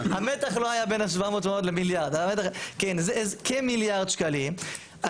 קרי כמיליארד שקלים,